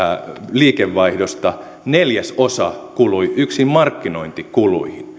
liikevaihdosta neljäsosa kului yksin markkinointikuluihin